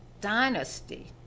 dynasty